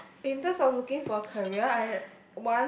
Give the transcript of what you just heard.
no in terms of looking for a career I